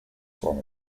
form